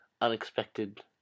unexpected